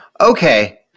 okay